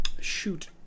shoot